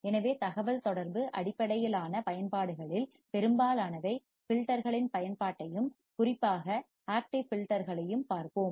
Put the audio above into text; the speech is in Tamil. எனவே தகவல்தொடர்பு அடிப்படையிலான பயன்பாடுகளில் பெரும்பாலானவை ஃபில்டர்களின் பயன்பாட்டையும் குறிப்பாக ஆக்டிவ் ஃபில்டர்களையும் பார்ப்போம்